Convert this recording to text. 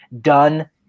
done